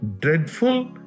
dreadful